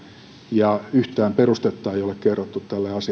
ja yhtään perustetta ei ole kerrottu